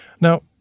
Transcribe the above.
Now